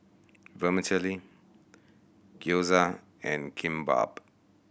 Vermicelli Gyoza and Kimbap